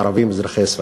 ערבים אזרחי ישראל.